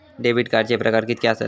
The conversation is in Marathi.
डेबिट कार्डचे प्रकार कीतके आसत?